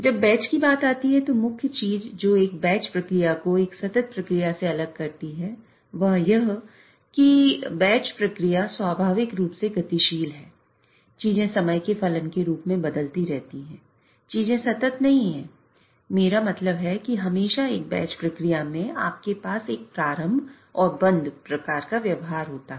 जब बैच की बात आती है तो मुख्य चीज जो एक बैच प्रक्रिया में आपके पास एक प्रारंभ और बंद प्रकार का व्यवहार होता हैं